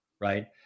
Right